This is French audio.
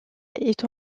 est